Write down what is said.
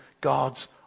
God's